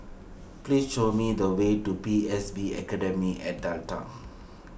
please show me the way to P S B Academy at Delta